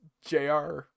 JR